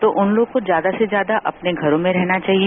तो उन लोग को ज्यादा से ज्यादा अपने घरों में रहना चाहिए